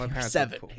Seven